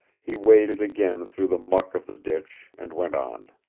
he waded again through the muck of the ditch, and went on.